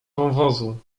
wąwozu